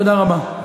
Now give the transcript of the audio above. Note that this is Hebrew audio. תודה רבה.